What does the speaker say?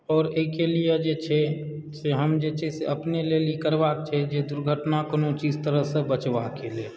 आओर एहिके लिए जे छै से हम जे छै से अपने लेल ई करबा छै जे दुर्घटना कोनो चीज तरहकेँ जे बचबाक लेल